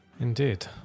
Indeed